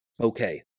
Okay